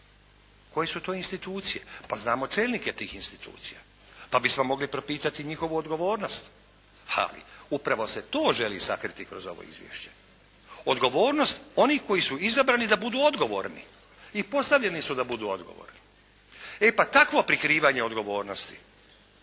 koje su to institucije. Pa znamo čelnike tih institucija pa bismo mogli propitati njihovu odgovornost. Ali upravo se to želi sakriti kroz ovo izvješće, odgovornost onih koji su izabrani da budu odgovorni i postavljeni su da budu odgovorni. E pa takvo prikrivanje odgovornosti